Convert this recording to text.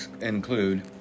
include